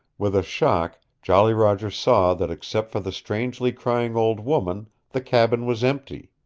with a shock jolly roger saw that except for the strangely crying old woman the cabin was empty.